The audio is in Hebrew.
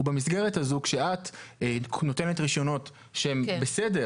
ובמסגרת הזו כשאת נותנת רישיונות שהם בסדר